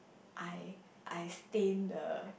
I I stain the